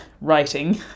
writing